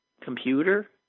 computer